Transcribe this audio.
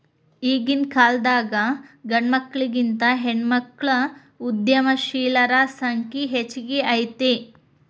ಈಗಿನ್ಕಾಲದಾಗ್ ಗಂಡ್ಮಕ್ಳಿಗಿಂತಾ ಹೆಣ್ಮಕ್ಳ ಉದ್ಯಮಶೇಲರ ಸಂಖ್ಯೆ ಹೆಚ್ಗಿ ಐತಿ